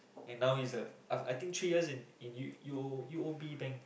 and now he's a I think three years in U_O_B bank